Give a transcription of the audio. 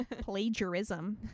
plagiarism